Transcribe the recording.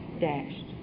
dashed